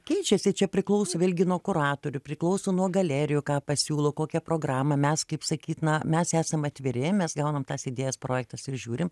keičiasi čia priklauso vėlgi nuo kuratorių priklauso nuo galerijų ką pasiūlo kokią programą mes kaip sakyt na mes esam atviri mes gaunam tas idėjas projektas ir žiūrim